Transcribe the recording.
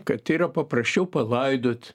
kad tai yra paprasčiau palaidot